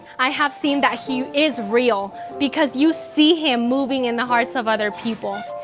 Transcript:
i have seen that he is real, because you see him moving in the hearts of other people.